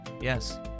Yes